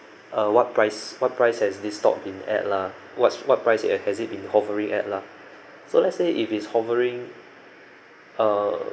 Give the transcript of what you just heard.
uh what price what price has this stock been at lah what's what price at has it been hovering at lah so let's say if it's hovering err